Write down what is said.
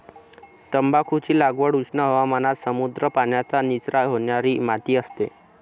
तंबाखूची लागवड उष्ण हवामानात समृद्ध, पाण्याचा निचरा होणारी माती असते